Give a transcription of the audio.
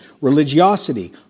Religiosity